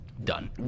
done